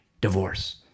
divorce